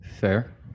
Fair